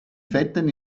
fetten